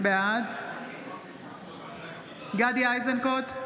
בעד גדי איזנקוט,